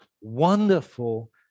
wonderful